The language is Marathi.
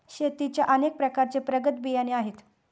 शेतीचे अनेक प्रकारचे प्रगत बियाणे आहेत